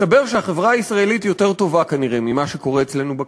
הסתבר שהחברה הישראלית יותר טובה כנראה ממה שקורה אצלנו בכנסת.